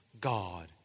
God